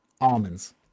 Almonds